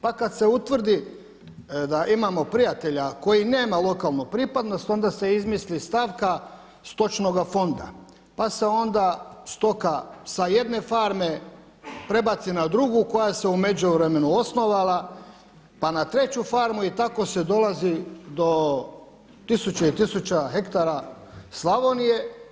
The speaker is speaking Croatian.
Pa kada se utvrdi da imamo prijatelja koji nema lokalnu pripadnost onda se izmisli stavka stočnoga fonda, pa se onda stoka sa jedne farme prebaci na drugu koja se u međuvremenu osnovala, pa na treću farmu i tako se dolazi do tisuća i tisuća hektara Slavonije.